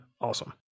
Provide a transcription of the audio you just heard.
awesome